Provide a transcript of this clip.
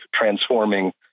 transforming